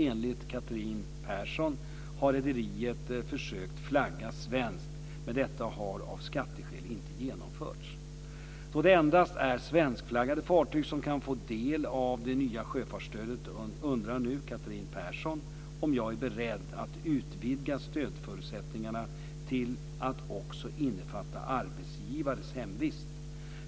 Enligt Catherine Persson har rederiet försökt flagga svenskt, men detta har av skatteskäl inte genomförts. Då det endast är svenskflaggade fartyg som kan få del av det nya sjöfartsstödet undrar nu Catherine Persson om jag är beredd att utvidga stödförutsättningarna till att också innefatta arbetsgivares hemvist.